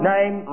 Name